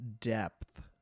Depth